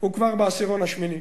הוא כבר בעשירון השמיני.